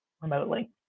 remotely